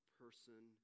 person